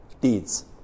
deeds